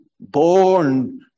born